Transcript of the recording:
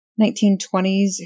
1920s